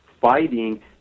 fighting